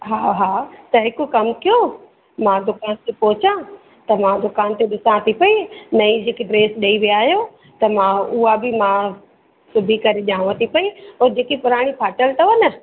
हा हा त हिकु कमु कयो मां दुकान ते पहुचा त मां दुकान ते ॾिसां थी पेई नईं जेकी ड्रेस ॾेई विया आयो त मां उहा बि मां सुबी करे ॾियांव थी पेई ऐं जेकी पुराणी फ़ाटल अथव न